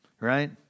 Right